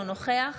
אינו נוכח